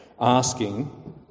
asking